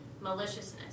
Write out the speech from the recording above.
maliciousness